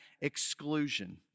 exclusion